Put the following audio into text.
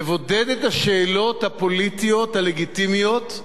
לבודד את השאלות הפוליטיות הלגיטימיות,